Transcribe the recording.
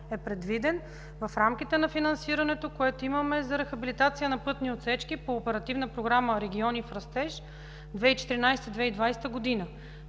е предвиден в рамките на финансирането, което имаме за рехабилитация на пътни отсечки по Оперативна програма „Региони в растеж” 2014 – 2020.